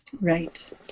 Right